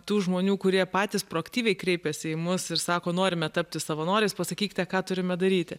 tų žmonių kurie patys proaktyviai kreipiasi į mus ir sako norime tapti savanoriais pasakykite ką turime daryti